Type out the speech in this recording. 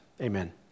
Amen